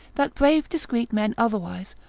that brave discreet men otherwise,